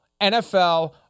NFL